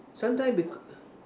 sometime becau~